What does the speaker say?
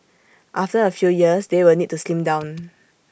after A few years they will need to slim down